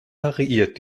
variiert